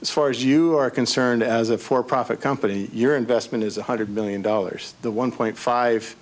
as far as you are concerned as a for profit company and your investment is one hundred million dollars the one point five